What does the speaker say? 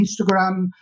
Instagram